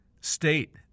state